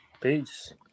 Peace